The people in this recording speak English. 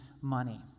money